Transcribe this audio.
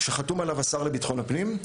שחתום עליו השר לביטחון הפנים.